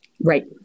Right